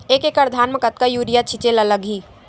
एक एकड़ धान में कतका यूरिया छिंचे ला लगही?